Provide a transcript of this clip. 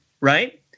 right